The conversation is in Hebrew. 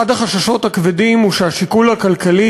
אחד החששות הכבדים הוא שהשיקול הכלכלי